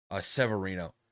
Severino